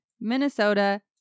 Minnesota